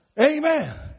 Amen